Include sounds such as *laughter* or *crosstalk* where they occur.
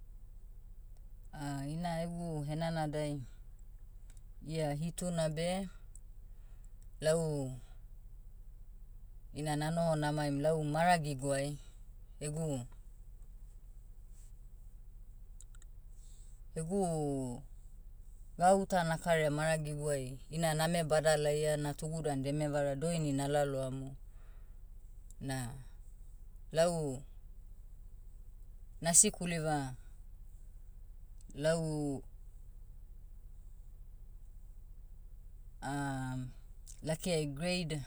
*hesitation* ina egu henanadai, iha hituna beh, lau, ina nanoho namaim lau maragiguai, egu- egu, gauta nakaraia maragiguai, ina name bada laia natugu dan deme vara doini na laloamu, na, lau, na sikuliva, lau, *hesitation* lakiai grade,